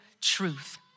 truth